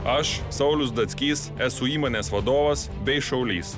aš saulius datskys esu įmonės vadovas bei šaulys